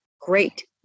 Great